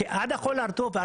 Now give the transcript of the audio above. עד החול הרטוב.